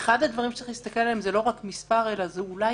אחד הדברים שצריך להסתכל עליהם זה לא רק מספר אלא זה אולי